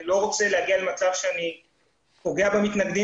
אני לא רוצה להגיע למצב שאני פוגע במתנגדים